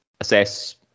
assess